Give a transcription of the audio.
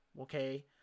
Okay